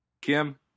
Kim